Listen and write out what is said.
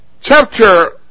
Chapter